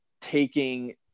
taking